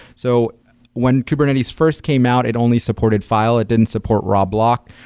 so when kubernetes first came out, it only supported file. it didn't support raw block.